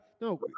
no